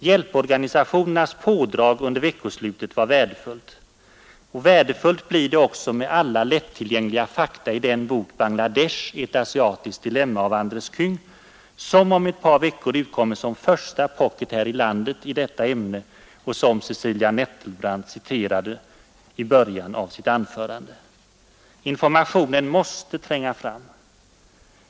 Hjälporganisationernas pådrag under veckoslutet var värdefullt, och värdefullt blir det också med alla lättillgängliga fakta i den bok ”Bangla Desh — ett asiatiskt dilemma” av Andres Kling som om ett par veckor utkommer som första pocketbok här i landet i detta ämne och som Cecilia Nettelbrandt citerade i början av sitt anförande. Informationen måste tränga fram.